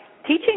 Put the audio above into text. teaching